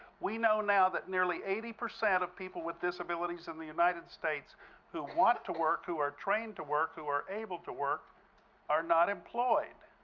we know now that nearly eighty percent of people with disabilities in the united states who want to work, who are trained to work, who are able to work are not employed.